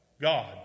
God